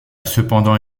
cependant